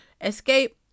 Escape